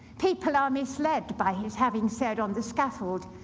people are misled by his having said on the scaffold,